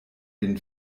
den